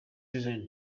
reason